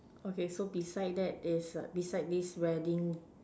okay so beside that is err beside this wedding